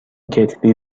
کتری